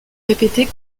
répétée